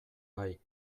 bai